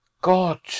god